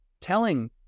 telling